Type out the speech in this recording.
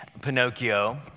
Pinocchio